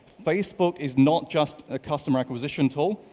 facebook is not just a customer acquisition tool.